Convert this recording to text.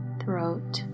throat